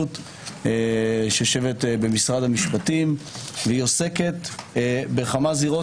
שיושבת במשרד המשפטים ועוסקת בכמה זירות.